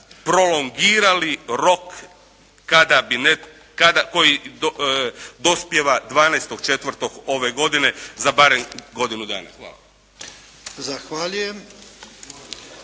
rok kada bi netko, koji dospijeva 12. 4. ove godine za barem godinu dana. Hvala.